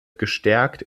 gestärkt